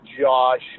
Josh